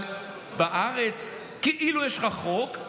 אבל בארץ כאילו יש לך חוק,